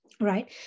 right